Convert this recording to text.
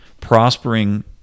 prospering